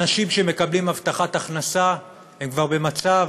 אנשים שמקבלים הבטחת הכנסה כבר הם במצב